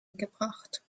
angebracht